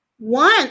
One